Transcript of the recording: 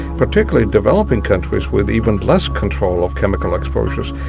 particularly developing countries with even less control of chemical exposures.